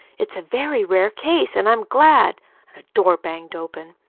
it's a very rare case, and i'm glad a door banged open.